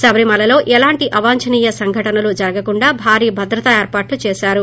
శబరిమలలో ఎలాంటి అవాంఛనీయ ఘటనలు జరుగకుండా భారీ భద్రతా ఏర్పాట్లు చేశారు